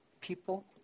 people